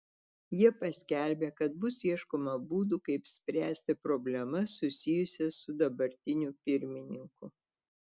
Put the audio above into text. jie paskelbė kad bus ieškoma būdų kaip spręsti problemas susijusias su dabartiniu pirmininku